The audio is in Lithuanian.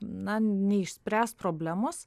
na neišspręs problemos